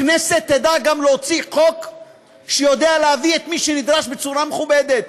הכנסת תדע גם להוציא חוק שיודע להביא את מי שנדרש בצורה מכובדת.